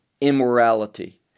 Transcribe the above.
immorality